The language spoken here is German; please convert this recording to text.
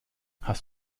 hast